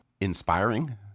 inspiring